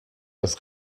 das